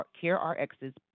CARE-RX's